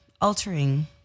altering